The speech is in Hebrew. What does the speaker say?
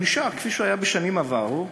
הוא נשאר כפי שהוא היה בשנים עברו,